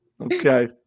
Okay